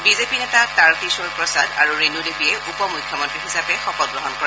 BJP নেতা তাৰকিশোৰ প্ৰসাদ আৰু ৰেণু দেৱীয়ে উপ মুখ্যমন্ত্ৰী হিচাপে শপতগ্ৰহণ কৰে